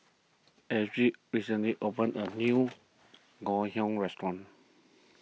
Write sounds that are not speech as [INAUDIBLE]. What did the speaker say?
Alexys recently opened a new [NOISE] Ngoh Hiang restaurant